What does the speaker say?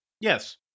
Yes